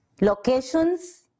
locations